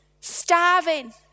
starving